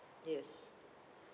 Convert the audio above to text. yes